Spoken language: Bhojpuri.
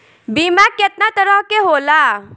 बीमा केतना तरह के होला?